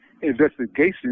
investigation